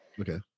Okay